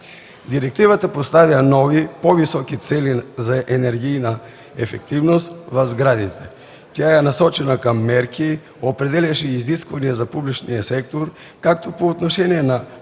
Директивата поставя нови, по-високи цели за енергийна ефективност в сградите. Тя е насочена към мерки, определящи изисквания за публичния сектор, както по отношение на